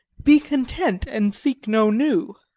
be content and seek no new.